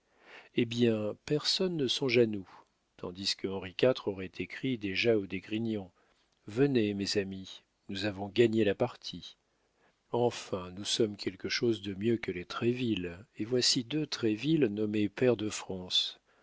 eh bien personne ne songe à nous tandis que henri iv aurait écrit déjà aux d'esgrignon venez mes amis nous avons gagné la partie enfin nous sommes quelque chose de mieux que les troisville et voici deux troisville nommés pairs de france